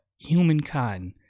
humankind